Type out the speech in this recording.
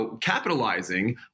capitalizing